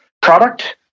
product